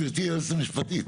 בבקשה, גבירתי, היועצת המשפטית.